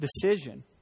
decision